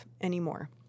anymore